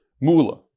Mula